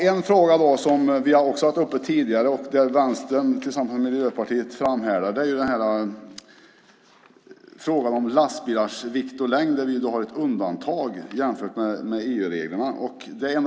En fråga som vi också har haft uppe tidigare och där Vänstern tillsammans med Miljöpartiet framhärdat är frågan om lastbilars vikt och längd. Vi har ett undantag från EU-reglerna.